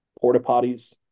porta-potties